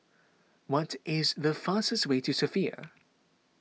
what is the fastest way to Sofia